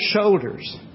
shoulders